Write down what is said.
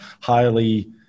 highly